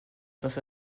dass